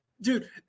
dude